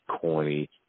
corny